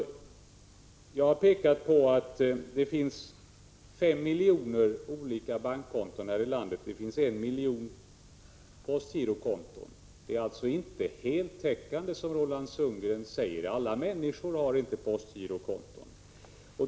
Jag har pekat på att det finns 5 miljoner olika bankkonton, medan det finns 1 miljon postgirokonton. Systemet är alltså inte heltäckande, som Roland Sundgren säger — alla människor har inte postgirokonto.